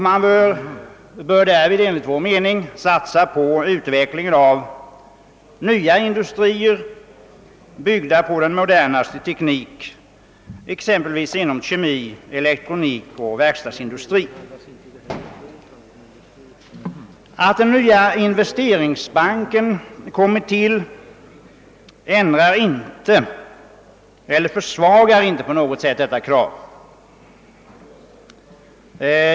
Man bör därvid enligt vår mening satsa på utvecklingen av nya industrier, byggda på den modernaste teknik exempelvis inom kemi, elektronik och verkstadsindustri. Att den nya investeringsbanken kommit till ändrar eller försvagar inte på något sätt detta krav.